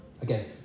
again